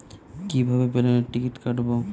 কিভাবে প্লেনের টিকিট কাটব?